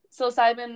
psilocybin